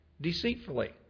Deceitfully